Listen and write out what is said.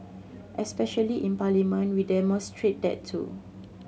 especially in Parliament we demonstrate that too